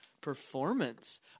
performance